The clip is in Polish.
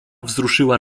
wzruszyła